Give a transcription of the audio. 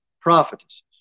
prophetesses